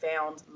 found